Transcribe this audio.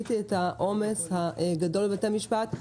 ראיתי את העומס הגדול בבתי המשפט.